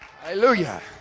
Hallelujah